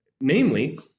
namely